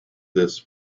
this